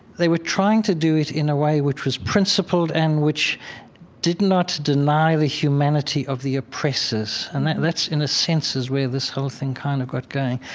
they were trying to do it in a way which was principled and which did not deny the humanity of the oppressors. and that's, in a sense, is where this whole thing kind of got going.